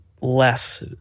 less